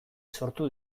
sortu